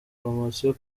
promosiyo